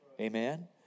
Amen